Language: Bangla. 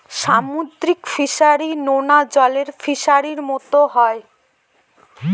সামুদ্রিক ফিসারী, নোনা জলের ফিসারির মতো হয়